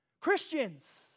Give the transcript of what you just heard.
Christians